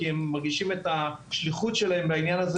כי הם מרגישים את השליחות שלהם בעניין הזה